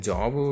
Job